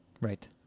Right